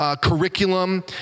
curriculum